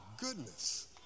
goodness